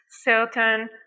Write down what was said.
certain